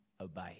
obey